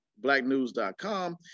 blacknews.com